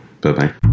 Bye-bye